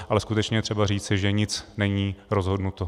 Ale skutečně je třeba říci, že nic není rozhodnuto.